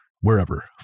wherever